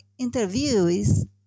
interviewees